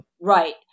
Right